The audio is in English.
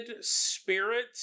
Spirit